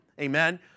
amen